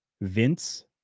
Vince